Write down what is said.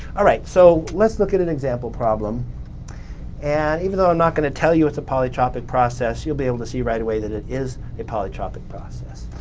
all right, so let's look at an example problem and even though i'm not going to tell you it's a polytropic process you'll be able to see right away that is a polytropic process.